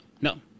No